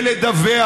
ולדווח,